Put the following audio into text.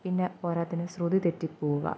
പിന്നെ പോരാത്തതിന് ശ്രുതി തെറ്റിപ്പോവുക